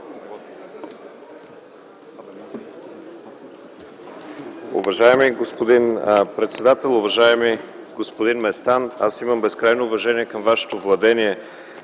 Благодаря.